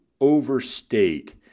overstate